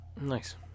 Nice